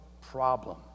problem